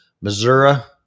Missouri